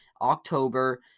October